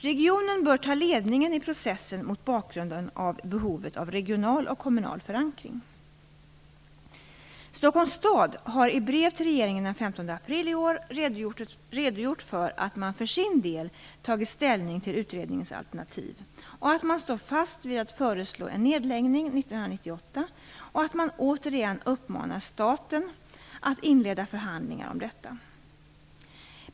Regionen bör ta ledningen i processen mot bakgrund av behovet av regional och kommunal förankring. Stockholms stad har i ett brev till regeringen den 15 april i år redogjort för att man för sin del tagit ställning till utredningens alternativ, att man står fast vid att föreslå en nedläggning år 1998 och att man återigen uppmanar staten att inleda förhandlingar om detta.